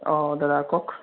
অঁ দাদা কওক